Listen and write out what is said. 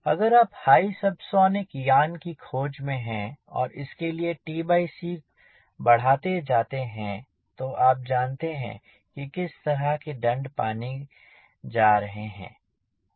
अगर आप hypersonic यान की खोज में है और इसके लिए बढ़ाते जाते हैं तो आप जानते हैं किस तरह के दंड आप पाने जा रहे हैं